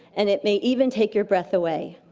and it may even take your breath away.